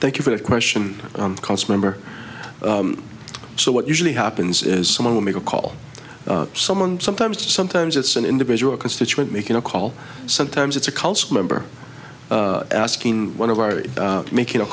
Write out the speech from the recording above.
thank you for that question on const member so what usually happens is someone will make a call someone sometimes sometimes it's an individual constituent making a call sometimes it's a cult member asking one of our or making a